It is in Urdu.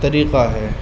طریقہ ہے